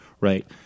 Right